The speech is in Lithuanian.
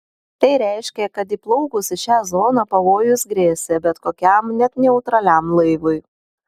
tai reiškė kad įplaukus į šią zoną pavojus grėsė bet kokiam net neutraliam laivui